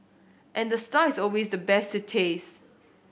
and the star is always the best to taste